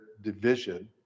division